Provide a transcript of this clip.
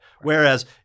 Whereas